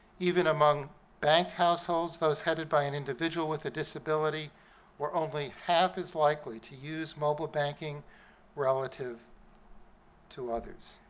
even among banked households, those headed by an individual with a disability were only half as likely to use mobile banking relative to others.